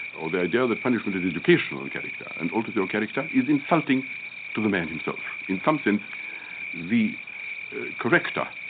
or the idea that punishment is educational in character, and alters your character, is insulting to the man himself. in some sense the corrector,